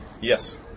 Yes